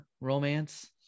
romance